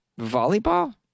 volleyball